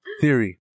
theory